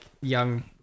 young